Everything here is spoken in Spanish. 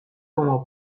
como